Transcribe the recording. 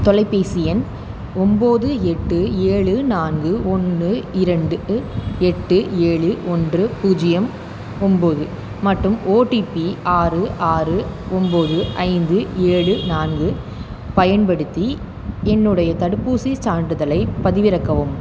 தொலைபேசி எண் ஒன்பது எட்டு ஏழு நான்கு ஒன்று ரெண்டு எட்டு ஏழு ஒன்று பூஜ்ஜியம் ஒன்பது மற்றும் ஓடிபி ஆறு ஆறு ஒன்பது ஐந்து ஏழு நான்கு பயன்படுத்தி என்னுடைய தடுப்பூசிச் சான்றிதழைப் பதிவிறக்கவும்